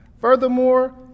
Furthermore